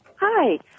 Hi